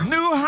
New